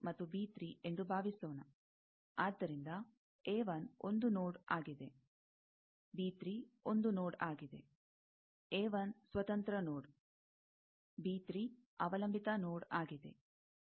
ಮತ್ತು ಎಂದು ಭಾವಿಸೋಣ ಆದ್ದರಿಂದ ಒಂದು ನೋಡ್ ಆಗಿದೆ ಒಂದು ನೋಡ್ ಆಗಿದೆ ಸ್ವತಂತ್ರ ನೋಡ್ ಅವಲಂಬಿತ ನೋಡ್ ಆಗಿದೆ